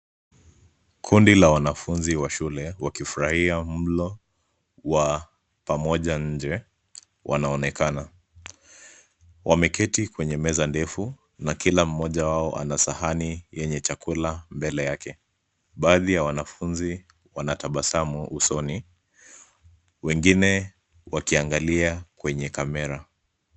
Kundi la wanfunzi wa shule wakifurahia mlo wa pamoja nje wanaonekana. Wameketi kwenye meza ndefu na kila mmoja wao ana sahani yenye chakula mbele yake. Baadhi ya wanafunzi wanatabasamu wengine wakiangalia kwenye kamera.